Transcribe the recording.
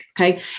okay